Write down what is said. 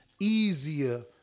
easier